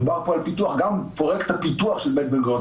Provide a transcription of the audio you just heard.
דובר פה על פיתוח גם פרויקט הפיתוח של בית בן-גוריון,